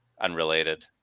unrelated